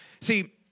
See